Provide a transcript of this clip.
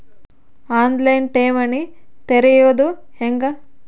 On line ಠೇವಣಿ ತೆರೆಯೋದು ಹೆಂಗ?